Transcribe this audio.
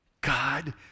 God